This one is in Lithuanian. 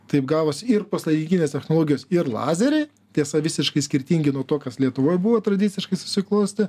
taip gavosi ir puslaidinkinės technologijos ir lazeriai tiesa visiškai skirtingi nuo to kas lietuvoj buvo tradiciškai susiklostę